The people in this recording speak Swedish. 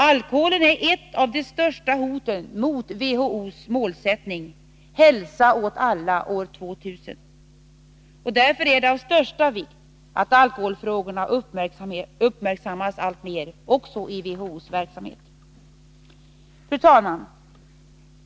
Alkoholen är ett av de största hoten mot WHO:s målsättning: Hälsa åt alla år 2000. Därför är det av största vikt att alkoholfrågorna uppmärksammas alltmer också i WHO:s verksamhet. Nr 153 Fru talman!